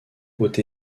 haute